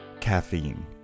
Caffeine